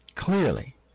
clearly